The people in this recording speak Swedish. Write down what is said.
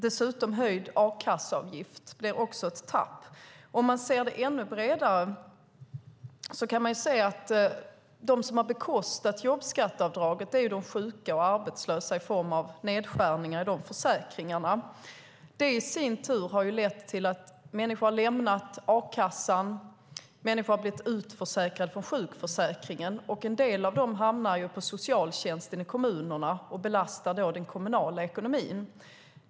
Dessutom höjdes a-kasseavgiften som också innebar ett tapp. Om man ser ännu bredare på detta kan man se att de som har bekostat jobbskatteavdraget är de sjuka och arbetslösa i form av nedskärningar i sjuk och arbetslöshetsförsäkringarna. Det i sin tur har lett till att människor har lämnat a-kassan och att människor har blivit utförsäkrade från sjukförsäkringen. En del av dem hamnar hos socialtjänsten i kommunerna och belastar då den kommunala ekonomin.